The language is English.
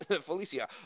Felicia